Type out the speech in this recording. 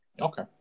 Okay